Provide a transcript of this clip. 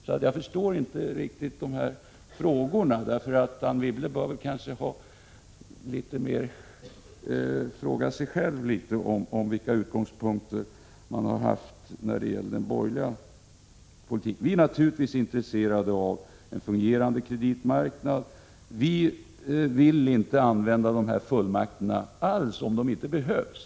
Så jag förstår inte riktigt Anne Wibbles frågor, för hon bör kanske fråga sig själv vilka utgångspunkterna för den borgerliga politiken har varit. Naturligtvis är vi intresserade av en fungerande kreditmarknad. Vi vill inte alls använda dessa fullmakter om de inte behövs.